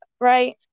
right